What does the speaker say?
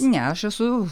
ne aš esu